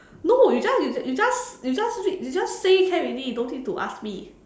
no you just you just you just you just say can already don't need to ask me